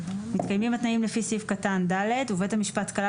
מתקיימים התנאים לפי סעיף קטן (ד) ובית המשפט כלל